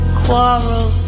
quarrel